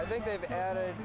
i think they've added